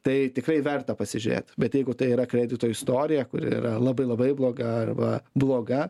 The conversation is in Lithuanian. tai tikrai verta pasižiūrėti bet jeigu tai yra kredito istorija kuri yra labai labai bloga arba bloga